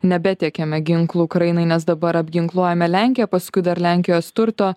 nebetiekiame ginklų ukrainai nes dabar apginkluojame lenkiją paskui dar lenkijos turto